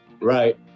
Right